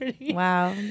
Wow